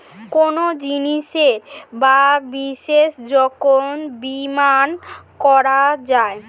কোনো জিনিসের বা বিষয়ের যখন বীমা করা যায়